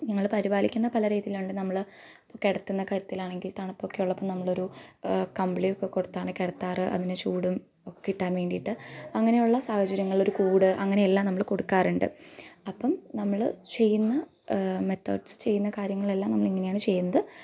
ഞങ്ങൾ പരിപാലിക്കുന്ന പല രീതിയിലാണ് നമ്മൾ കിടത്തുന്ന കട്ടിലാണെങ്കിൽ തണുപ്പൊക്കെയുള്ളപ്പം നമ്മളൊരു കമ്പിളിയൊക്കെ കൊടുത്താണ് കിടത്താറ് അതിന് ചൂടും കിട്ടാൻ വേണ്ടീട്ട് അങ്ങനുള്ള സാഹചര്യങ്ങളിൽ ഒരു കൂട് അങ്ങനെയെല്ലാം നമ്മൾ കൊടുക്കാറുണ്ട് അപ്പം നമ്മൾ ചെയ്യുന്ന മെതേഡ്സ് ചെയ്യുന്ന കാര്യങ്ങളെല്ലാം നമ്മൾ ഇങ്ങനെയാണ് ചെയ്യുന്നത്